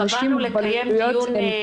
קבענו לקיים דיון בנושא.